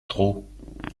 trop